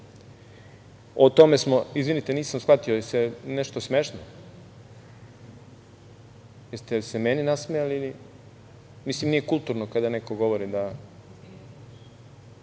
O tome smo…Izvinite, nisam shvatio, da li je nešto smešno? Jeste li se meni nasmejali? Mislim nije kulturno kada neko govori